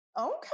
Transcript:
okay